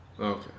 Okay